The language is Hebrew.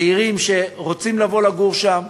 צעירים שרוצים לבוא לגור שם,